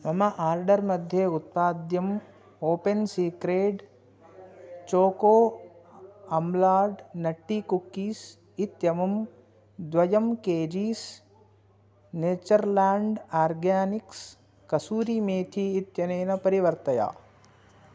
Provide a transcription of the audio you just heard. मम आर्डर्मध्ये उत्पाद्यम् ओपेन् सीक्रेड् चोको अम्लाड् नट्टी कुक्कीस् इत्यमुं द्वयं kgs Natureland Organics kasuri methi इत्यनेन परिवर्तय